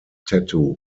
tattoo